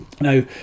Now